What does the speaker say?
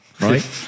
Right